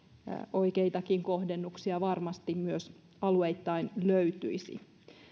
oikeitakin kohdennuksia varmasti myös alueittain löytyisi